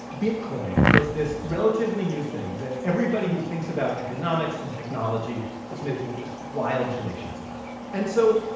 bitcoin was this relatively new thing that everybody who thinks about economics and technology was making just wild predictions about. and so,